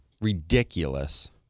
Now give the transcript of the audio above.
Ridiculous